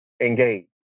engage